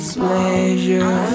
pleasure